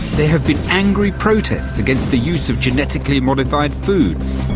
there have been angry protests against the use of genetically modified foods.